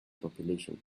population